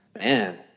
man